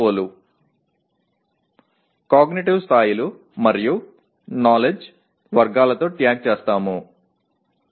ஓக்கள் அறிவாற்றல் நிலைகள் மற்றும் அறிவு வகைகளுடன் குறிக்கிறோம்